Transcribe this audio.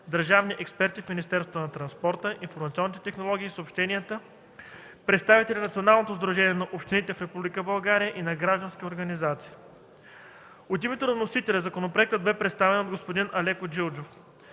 държавни експерти в Министерството на транспорта, информационните технологии и съобщенията, представители на Националното сдружение на общините в Република България и на граждански организации. От името на вносителя законопроектът бе представен от господин Алеко Джилджов.